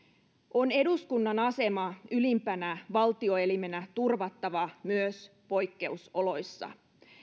on eduskunnan asema ylimpänä valtioelimenä turvattava myös poikkeusoloissa